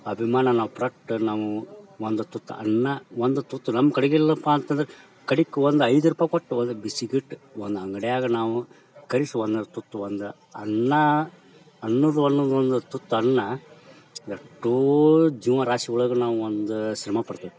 ಅಭಿಮಾನ ನಾವು ಪಟ್ಟ ನಾವೂ ಒಂದು ತುತ್ತು ಅನ್ನ ಒಂದು ತುತ್ತು ನಮ್ಮ ಕಡೆಗೆ ಇಲ್ಲಪ್ಪ ಅಂತಂದ್ರೆ ಕಡೆಗೆ ಒಂದು ಐದು ರೂಪಾಯಿ ಕೊಟ್ಟು ಒಂದು ಬಿಸ್ಕಿಟ್ ಒಂದು ಅಂಗ್ಡಿಯಾಗ ನಾವು ಕಳಿಸಿ ಒಂದೆರಡು ತುತ್ತು ಒಂದು ಅನ್ನ ಅನ್ನೋದು ಅನ್ನೋದು ಒಂದೆರ್ಡು ತುತ್ತು ಅನ್ನ ಎಷ್ಟೋ ಜೀವರಾಶಿ ಒಳಗೆ ನಾವು ಒಂದು ಶ್ರಮಪಡ್ತೀವಿ